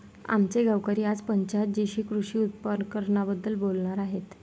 आमचे गावकरी आज पंचायत जीशी कृषी उपकरणांबद्दल बोलणार आहेत